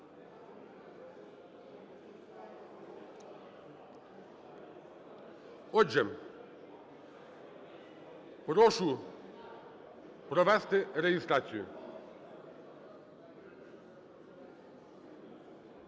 Отже, прошу провести реєстрацію.